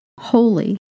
Holy